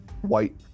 white